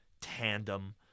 tandem